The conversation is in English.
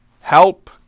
help